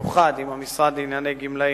במיוחד עם המשרד לענייני גמלאים,